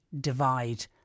divide